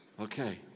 Okay